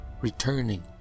returning